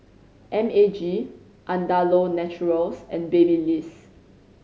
M A G Andalou Naturals and Babyliss